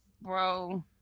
bro